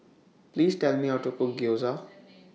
Please Tell Me How to Cook Gyoza